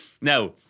now